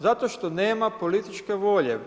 Zato što nema političke volje.